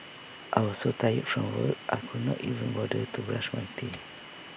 I was so tired from work I could not even bother to brush my teeth